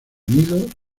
nidos